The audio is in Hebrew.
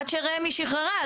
עד שרשות מקרקעי ישראל שחררה,